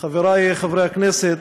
חברי חברי הכנסת,